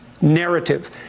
narrative